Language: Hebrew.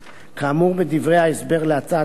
כאמור בדברי ההסבר להצעת החוק,